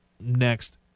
next